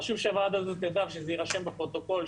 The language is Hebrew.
חשוב שהוועדה הזו תדע ושזה יירשם בפרוטוקול,